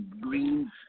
green